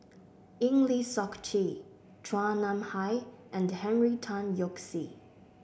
Eng Lee Seok Chee Chua Nam Hai and Henry Tan Yoke See